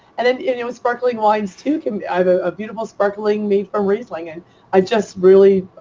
and um and it was sparkling wines too. and i have ah a beautiful sparkling made from riesling and i just really,